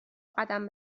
قدم